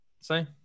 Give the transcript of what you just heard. Say